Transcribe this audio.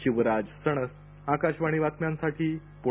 शिवराज सणस आकाशवाणी बातम्यांसाठी पुणे